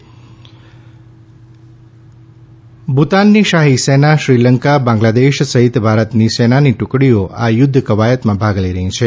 શાહી ભૂતાન સેના શ્રીલંકા બાંગ્લાદેશ સહિત ભારતની સેનાની ટૂકડીઓ આ યુદ્ધ કવાયતમાં ભાગ લઈ રહી છે